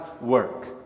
work